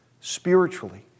spiritually